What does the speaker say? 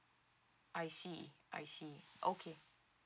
I see I see okay